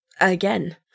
Again